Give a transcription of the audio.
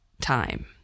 time